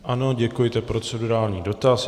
Ano, děkuji, to je procedurální dotaz.